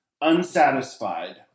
Unsatisfied